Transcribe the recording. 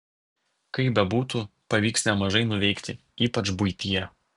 kaip bebūtų pavyks nemažai nuveikti ypač buityje